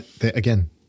Again